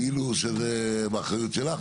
כאילו שזה באחריות שלך.